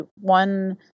one